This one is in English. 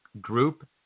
group